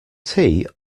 tea